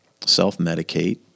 self-medicate